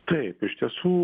taip iš tiesų